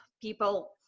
people